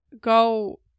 go